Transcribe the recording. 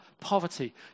poverty